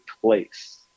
place